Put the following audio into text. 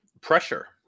pressure